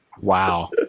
Wow